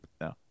no